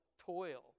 toil